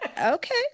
Okay